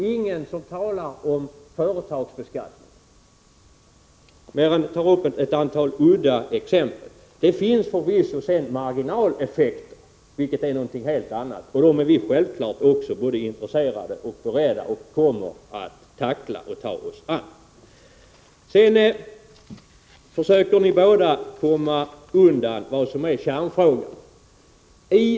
Ingen talar om företagsbeskattningen mer än genom att ta upp ett antal udda exempel. Det finns förvisso marginaleffekter, vilket är någonting helt annat. Dem är vi självfallet också intresserade av och beredda att tackla och ta oss an. Ni försöker båda komma undan kärnfrågan.